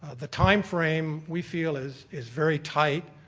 the time frame we feel is is very tight.